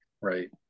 right